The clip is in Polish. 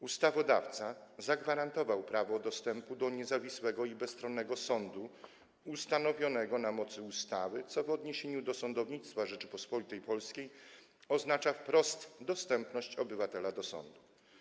Ustawodawca zagwarantował prawo dostępu do niezawisłego i bezstronnego sądu ustanowionego na mocy ustawy, co w odniesieniu do sądownictwa Rzeczypospolitej Polskiej oznacza wprost dostęp obywatela do sądu.